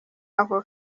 ako